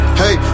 hey